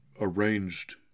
arranged